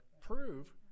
prove